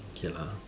okay lah